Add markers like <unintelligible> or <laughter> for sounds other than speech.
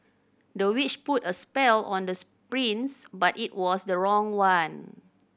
the witch put a spell on the <unintelligible> prince but it was the wrong one